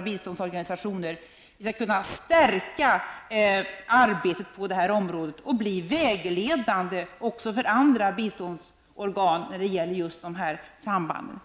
biståndsorganisationer skall kunna stärka arbetet på detta område och bli vägledande också för andra biståndsorgan när det gäller de samband som det här är fråga om.